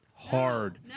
Hard